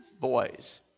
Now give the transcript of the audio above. boys